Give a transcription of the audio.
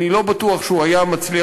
אני לא בטוח שנצליח שהוא יאושר.